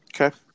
Okay